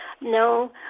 No